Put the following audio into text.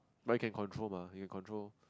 but you can control mah you can control